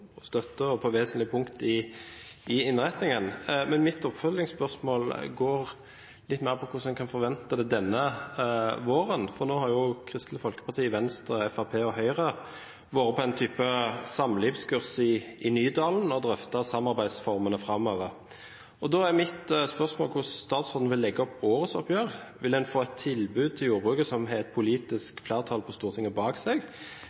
punkt i innretningen. Mitt oppfølgingsspørsmål går litt mer på hvordan en kan forvente det denne våren, for nå har jo Kristelig Folkeparti, Venstre, Fremskrittspartiet og Høyre vært på en type samlivskurs i Nydalen og drøftet samarbeidsformene framover. Da er mitt spørsmål: Hvordan vil statsråden legge opp årets oppgjør? Vil en få et tilbud til jordbruket som har et politisk flertall på Stortinget bak seg,